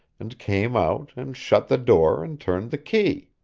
and came out and shut the door and turned the key.